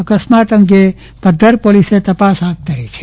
અકસ્માત અંગે પધ્ધર પોલીસે તપાસ હાથ ધરી છે